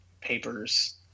papers